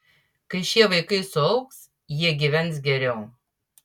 kai šie vaikai suaugs jie gyvens geriau